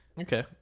Okay